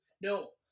No